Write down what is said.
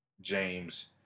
James